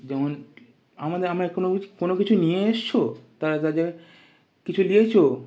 যেমন আমাদের আমরা কোনও কিছু কোনও কিছু নিয়ে এসেছো তারা তাদের কিছু দিয়েছ